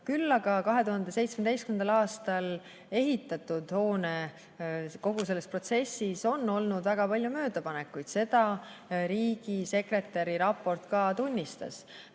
Küll aga 2017. aastal ehitatud hoone valmimisprotsessis on olnud väga palju möödapanekuid, seda riigisekretäri raport ka tunnistas.